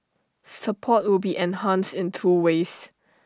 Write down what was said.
support will be enhanced in two ways